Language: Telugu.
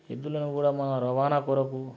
ఎద్దులను కూడా మన రవాణా కొరకు